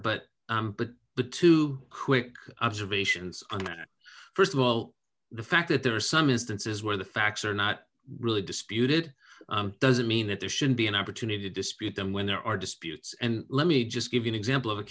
but but the two quick observations on it st of all the fact that there are some instances where the facts are not really disputed doesn't mean that there should be an opportunity to dispute them when there are disputes and let me just give an example of a